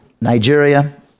Nigeria